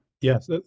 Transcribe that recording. Yes